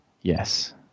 Yes